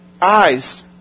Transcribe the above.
eyes